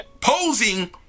posing